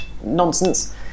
nonsense